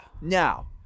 Now